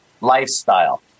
lifestyle